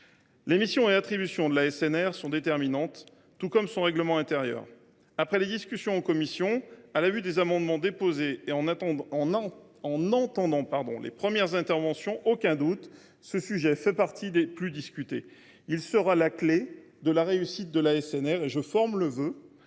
Les missions et attributions de l’ASNR seront déterminantes, tout comme son règlement intérieur. Après les discussions en commissions, au vu des amendements déposés et des premières interventions, je n’ai aucun doute : ce sujet fera partie des plus discutés. Il sera la clé de la réussite de l’ASNR, et je forme le vœu